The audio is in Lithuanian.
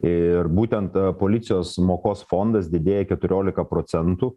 ir būtent policijos mokos fondas didėja keturiolika procentų